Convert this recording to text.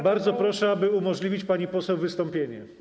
Bardzo proszę, aby umożliwić pani poseł wystąpienie.